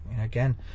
again